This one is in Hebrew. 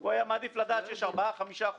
הוא היה מעדיף לדעת שיש 4% 5%,